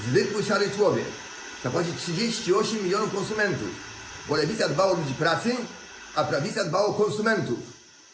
Zwykły, szary człowiek, zapłaci 38 mln konsumentów, bo lewica dba o ludzi pracy, a prawica dba o konsumentów.